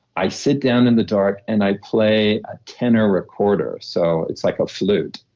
i sit down in the dark and i play a tenor recorder. so it's like a flute.